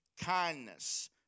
kindness